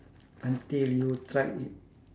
until you tried it